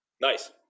nice